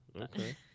okay